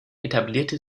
etablierte